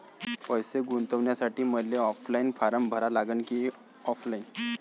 पैसे गुंतन्यासाठी मले ऑनलाईन फारम भरा लागन की ऑफलाईन?